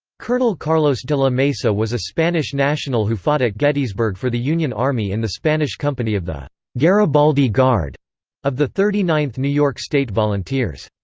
colonel carlos de la mesa was a spanish national who fought at gettysburg for the union army in the spanish company of the garibaldi guard of the thirty ninth new york state volunteers.